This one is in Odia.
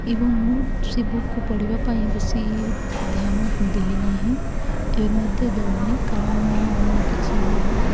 ଏବଂ ମୁଁ ସେ ବୁକ୍କୁ ପଢ଼ିବା ପାଇଁ ବେଶୀ ଧ୍ୟାନ ଦେଲି ନାହିଁ ଏବେ ମଧ୍ୟ ଦଉନି କାରଣ ମୁଁ ଅନ୍ୟ କିଛି